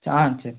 ச ஆ சரி